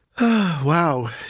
Wow